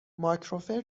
مایکروفر